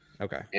Okay